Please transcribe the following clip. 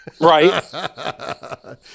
Right